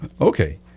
Okay